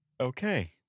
Okay